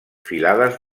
filades